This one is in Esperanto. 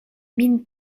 min